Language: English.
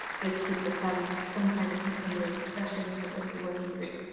this could become some kind of continuing discussion, whether it's a working group.